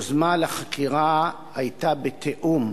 היוזמה לחקירה היתה בתיאום